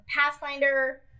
Pathfinder